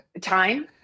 time